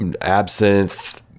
absinthe